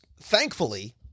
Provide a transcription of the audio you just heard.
thankfully